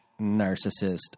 narcissist